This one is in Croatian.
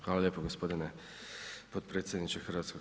Hvala lijepo g. potpredsjedniče HS.